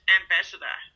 ambassador